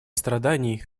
страданий